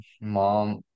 mom